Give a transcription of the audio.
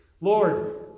Lord